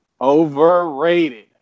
Overrated